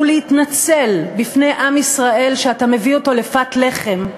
ולהתנצל בפני עם ישראל שאתה מביא אותו לפת לחם,